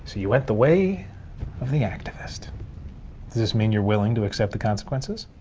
so you went the way of the activist. does this mean you're willing to accept the consequences?